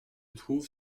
trouve